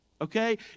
Okay